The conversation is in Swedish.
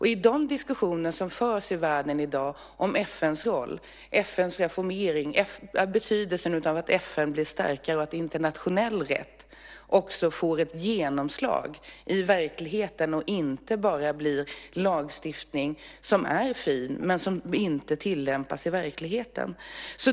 I dag förs diskussioner i världen om FN:s roll, FN:s reformering, betydelsen av att FN blir starkare och att internationell rätt också får ett genomslag i verkligheten och inte bara blir lagstiftning som är fin men som inte tillämpas i verkligheten.